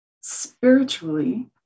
spiritually